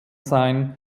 sein